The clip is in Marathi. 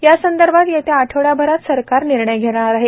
यासंदर्भात येत्या आठवडाभरात सरकार निर्णय घेणार आहे